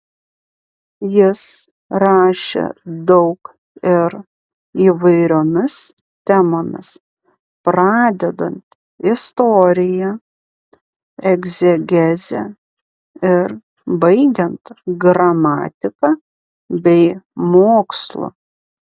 jis rašė daug ir įvairiomis temomis pradedant istorija egzegeze ir baigiant gramatika bei mokslu